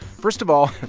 first of all,